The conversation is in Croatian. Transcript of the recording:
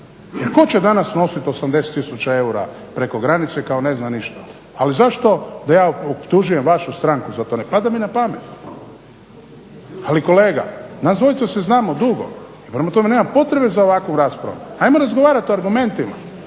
jer tko će danas nositi 80 tisuća eura preko granice, kao ne zna ništa. Ali zašto da ja optužujem vašu stranku za to, ne pada mi na pamet, ali kolega nas dvojica se znamo dugo i prema tome nema potrebe za ovakvom raspravom. Ajmo razgovarati o argumentima,